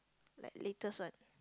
like latest one